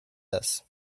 das